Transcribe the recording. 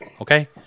okay